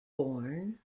born